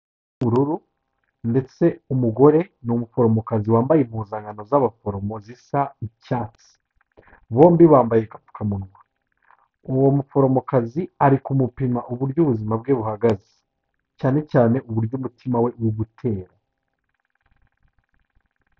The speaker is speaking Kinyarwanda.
Ubururu ndetse umugore ni umuforomokazi wambaye impuzankano z'abaforomo zisa n'icyatsi. Bombi bambaye agapfukamunwa. Uwo muforomokazi ari kumupima uburyo ubuzima bwe buhagaze. Cyane cyane uburyo umutima we uri gutera.